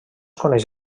coneix